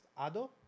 ADO